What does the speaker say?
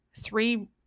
three